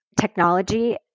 technology